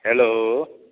hello